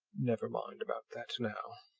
never mind about that now.